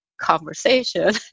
conversation